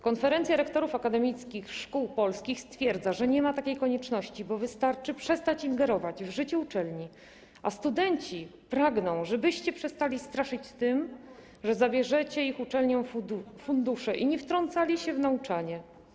Konferencja Rektorów Akademickich Szkół Polskich stwierdza, że nie ma takiej konieczności, bo wystarczy przestać ingerować w życie uczelni, a studenci pragną, żebyście przestali straszyć tym, że zabierzecie ich uczelniom fundusze, i nie wtrącali się w nauczanie.